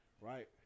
Right